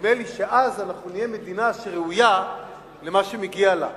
נדמה לי שאז אנחנו נהיה מדינה שראויה למה שמגיע לה.